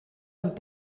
amb